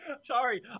Sorry